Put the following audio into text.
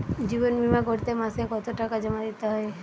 জীবন বিমা করতে মাসে কতো টাকা জমা দিতে হয়?